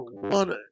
one